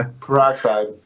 Peroxide